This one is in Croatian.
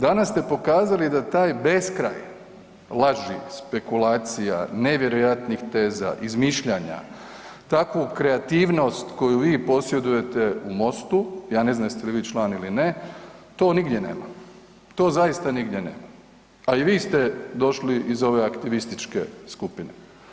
Danas ste pokazali da taj beskraj laži, spekulacija, nevjerojatnih teza, izmišljanja, takvu kreativnost koju vi posjedujete u MOST-u ja ne znam jeste li vi član ili ne, to nigdje nema, to zaista nigdje nema, a i vi ste došli iz ove aktivističke skupine.